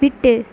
விட்டு